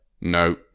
No